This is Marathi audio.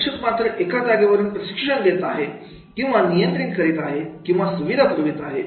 प्रशिक्षक मात्र एका जागेवरून प्रशिक्षण देत आहे किंवा नियंत्रण करीत आहे किंवा सुविधा पुरवित आहे